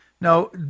Now